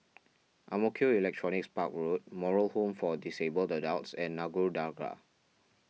Ang Mo Kio Electronics Park Road Moral Home for Disabled Adults and Nagore Dargah